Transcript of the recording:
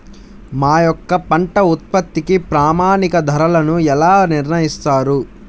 మా యొక్క పంట ఉత్పత్తికి ప్రామాణిక ధరలను ఎలా నిర్ణయిస్తారు?